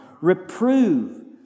Reprove